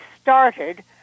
started